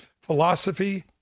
philosophy